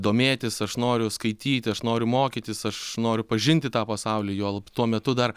domėtis aš noriu skaityti aš noriu mokytis aš noriu pažinti tą pasaulį juolab tuo metu dar